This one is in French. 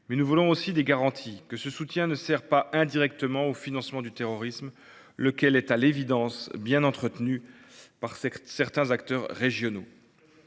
mais nous voulons aussi des garanties que ce soutien ne sert pas indirectement au financement du terrorisme, lequel est, à l’évidence, bien entretenu par certains acteurs régionaux.